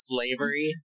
Slavery